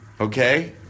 okay